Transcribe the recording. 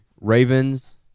Ravens